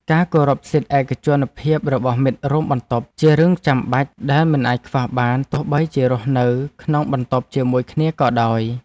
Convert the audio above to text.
ការគោរពសិទ្ធិឯកជនភាពរបស់មិត្តរួមបន្ទប់ជារឿងចាំបាច់ដែលមិនអាចខ្វះបានទោះបីជារស់នៅក្នុងបន្ទប់ជាមួយគ្នាក៏ដោយ។